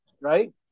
right